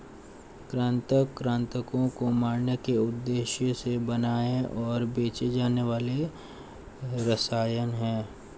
कृंतक कृन्तकों को मारने के उद्देश्य से बनाए और बेचे जाने वाले रसायन हैं